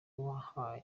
kuba